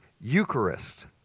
Eucharist